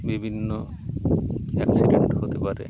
বিভিন্ন অ্যাক্সিডেন্ট হতে পারে